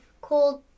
called